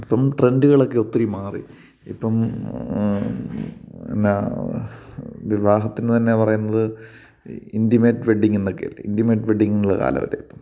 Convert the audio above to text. ഇപ്പം ട്രെൻഡുകളൊക്കെ ഒത്തിരി മാറി ഇപ്പം പിന്നെ വിവാഹത്തിന് തന്നെ പറയുന്നത് ഇൻ്റിമേറ്റ് വെഡിങ് എന്നെക്കെയല്ലെ ഇൻ്റിമേറ്റ് വെഡിങ്ങുള്ള കാലമല്ലേ ഇപ്പം